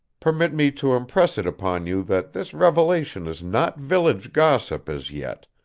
permit me to impress it upon you that this revelation is not village gossip as yet,